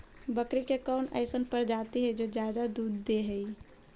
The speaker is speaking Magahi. बकरी के कौन अइसन प्रजाति हई जो ज्यादा दूध दे हई?